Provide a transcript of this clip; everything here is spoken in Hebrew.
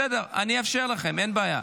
בסדר, אני אאפשר לכם, אין בעיה.